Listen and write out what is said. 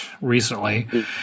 recently